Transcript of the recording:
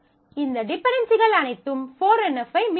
இந்த டிபென்டென்சிகள் அனைத்தும் 4NF ஐ மீறும்